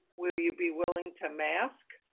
will you be willing to mask?